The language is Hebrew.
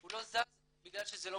הוא לא זז בגלל שזה לא מתוקצב.